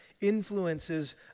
influences